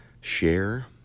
share